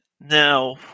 now